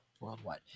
worldwide